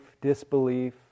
disbelief